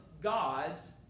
God's